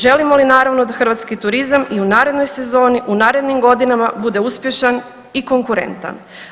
Želimo li naravno da hrvatski turizam i u narednoj sezoni, u narednim godinama bude uspješan i konkurentan.